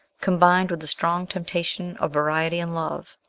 combined with the strong temptation of variety in love,